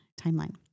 timeline